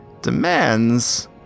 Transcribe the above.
demands